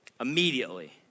immediately